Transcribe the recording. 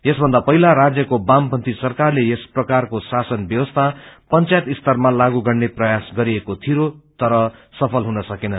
यसभन्दा पहिला राजयको वामपन्थी सरकारले यस प्रकारको शासन ब्यवस्था पंचायत स्तरमा लागू गर्ने प्रयास गरेको थियो तर सफल हुन सकेन